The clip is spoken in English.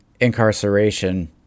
incarceration